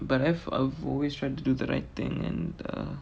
but I've I've always tried to do the right thing and uh